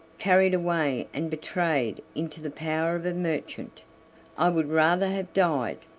carried away and betrayed into the power of a merchant i would rather have died!